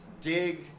dig